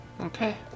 Okay